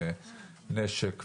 נשק וכולי.